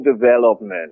development